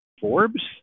Forbes